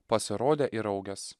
pasirodė ir